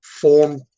Form